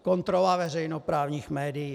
Kontrola veřejnoprávních médií.